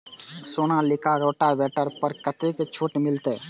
Sonalika rotavator पर कतेक छूट मिलते?